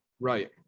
Right